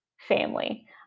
family